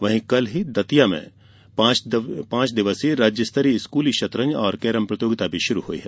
वही कल ही दतिया में पांच दिवसीय राज्य स्तरीय स्कूली शतरंज और केरम प्रतियोगिता भी शुरू हो हुई है